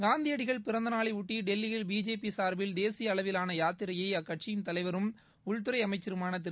காந்தியடிகள் பிறந்த நாளையொட்டி டெல்லியில் பிஜேபி சார்பில் தேசிய அளவிவான யாத்திரையை அக்கட்சித் தலைவரும் உள்துறை அமைச்சருமான திரு